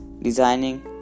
designing